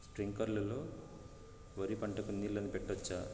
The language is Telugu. స్ప్రింక్లర్లు లో వరి పంటకు నీళ్ళని పెట్టొచ్చా?